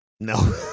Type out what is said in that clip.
No